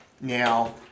Now-